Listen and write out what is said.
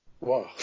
Wow